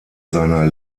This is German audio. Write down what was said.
seiner